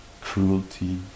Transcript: cruelty